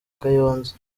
kayonza